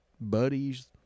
buddies